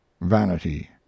VANITY